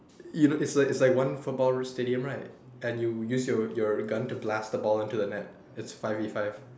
you know is like is like one football stadium right and you use your your gun to blast the ball into the net it's five v five